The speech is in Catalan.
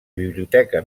biblioteca